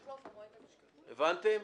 הערות?